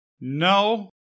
No